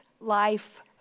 life